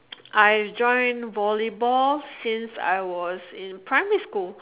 I joined volleyball since I was in primary school